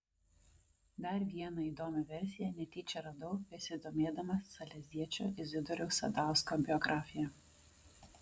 dar vieną įdomią versiją netyčia radau besidomėdamas saleziečio izidoriaus sadausko biografija